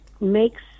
makes